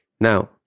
Now